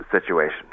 situation